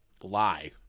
lie